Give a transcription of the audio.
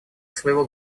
своего